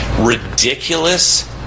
ridiculous